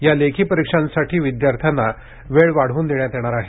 या लेखी परीक्षांसाठी विद्यार्थ्यांना वेळ वाढवून देण्यात येणार आहे